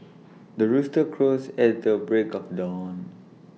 the rooster crows at the break of dawn